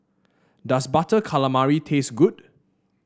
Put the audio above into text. does Butter Calamari taste good